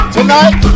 Tonight